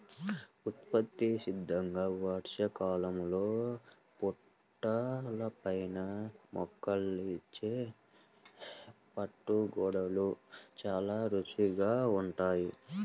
ప్రకృతి సిద్ధంగా వర్షాకాలంలో పుట్టలపైన మొలిచే పుట్టగొడుగులు చాలా రుచికరంగా ఉంటాయి